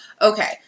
Okay